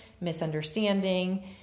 misunderstanding